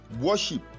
Worship